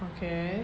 okay